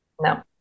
No